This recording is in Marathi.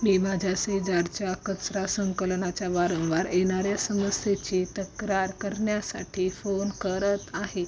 मी माझ्या शेजारच्या कचरा संकलनाच्या वारंवार येणाऱ्या समस्येची तक्रार करण्यासाठी फोन करत आहे